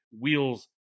Wheels